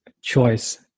choice